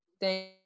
thank